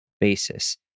basis